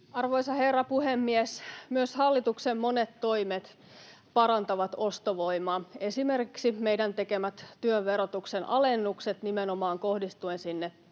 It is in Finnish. Arvoisa herra puhemies! Myös hallituksen monet toimet parantavat ostovoimaa, esimerkiksi meidän tekemät työn verotuksen alennukset nimenomaan kohdistuen sinne